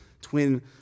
twin